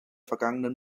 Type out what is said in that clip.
vergangenen